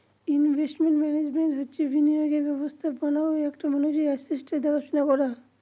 investment management হচ্ছে বিনিয়োগের ব্যবস্থাপনা ও একটা মানুষের আসেটসের দেখাশোনা করা